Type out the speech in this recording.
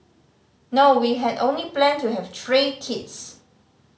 no we had only planned to have three kids